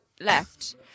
left